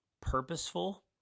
purposeful